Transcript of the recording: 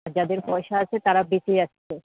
যাদের পয়সা আছে তারা বেঁচে যাচ্ছে